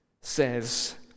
says